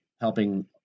helping